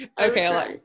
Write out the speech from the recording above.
Okay